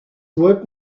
world